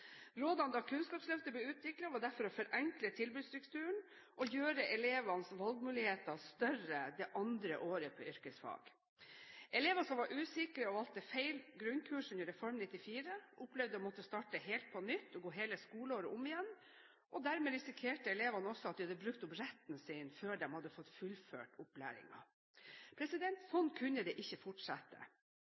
Rådene da Kunnskapsløftet ble utviklet, var derfor å forenkle tilbudsstrukturen, og å gjøre elevenes valgmuligheter større det andre året på yrkesfag. Elever som var usikre og valgte feil grunnkurs under Reform 94, opplevde å måtte starte helt på nytt og gå hele skoleåret om igjen. Dermed risikerte elevene også at de hadde brukt opp retten sin før de hadde fått fullført opplæringen. Sånn kunne det ikke fortsette.